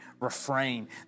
refrain